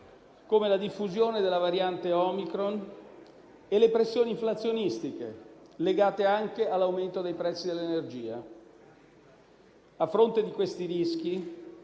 come la diffusione della variante Omicron e le pressioni inflazionistiche legate anche all'aumento dei prezzi dell'energia. A fronte di questi rischi